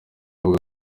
avuga